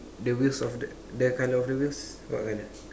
the wheels of the the colour of the wheels what colour